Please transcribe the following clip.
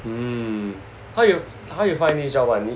mm how you how you find this job [one] 你